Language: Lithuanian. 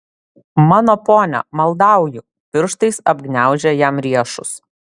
mano pone maldauju pirštais apgniaužė jam riešus